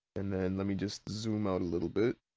and then let me just zoom out a little bit.